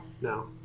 No